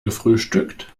gefrühstückt